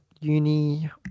uni